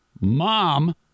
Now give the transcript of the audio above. Mom